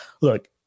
look